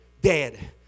dead